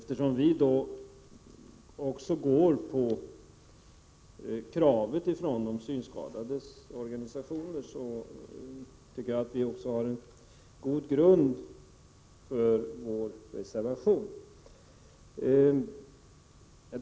Eftersom vi har tagit upp kravet från de synskadades organisationer, tycker jag också att vi har en god grund för vår reservation.